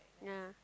yeah